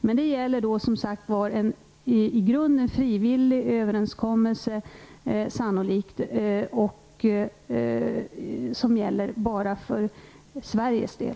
Men det gäller då sannolikt en i grunden frivillig överenskommelse som gäller bara för Sveriges del.